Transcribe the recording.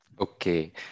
Okay